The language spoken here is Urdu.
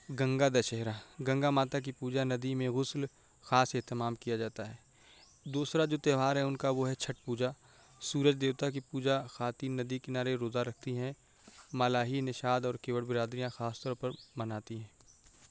گنگا دشہرا گنگا ماتا کی پوجا ندی میں غسل خاص اہتمام کیا جاتا ہے دوسرا جو تیہوار ہے ان کا وہ ہے چھٹ پوجا سورج دیوتا کی پوجا خواتین ندی کنارے روزہ رکھتی ہیں ملاحی نشاد اور کیوٹ برادریاں خاص طور پر مناتی ہیں